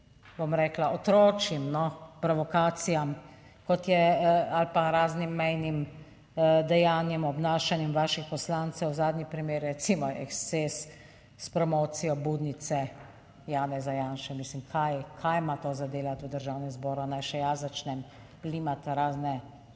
bom rekla, otročjim provokacijam, kot je, ali pa raznim mejnim dejanjem, obnašanjem vaših poslancev. Zadnji primer je recimo eksces s promocijo budnice. Janeza Janše - mislim kaj, kaj ima to za delati v Državnem zboru? Naj še jaz začnem prilimati razne